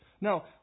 Now